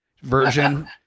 version